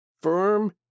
firm